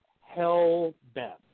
hell-bent